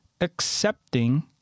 accepting